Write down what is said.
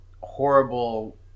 horrible